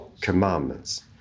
commandments